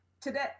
today –